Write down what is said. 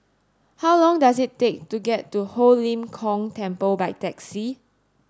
how long does it take to get to Ho Lim Kong Temple by taxi